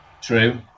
True